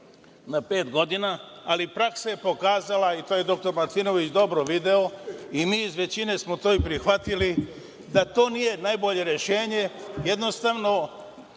na pet godina, ali praksa je pokazala i to je dr Martinović dobro video i mi iz većine smo to prihvatili, da to nije najbolje rešenje. Jednostavno